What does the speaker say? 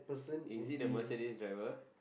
is it the Mercedes driver